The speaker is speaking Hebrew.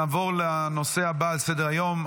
נעבור לנושא הבא על סדר-היום,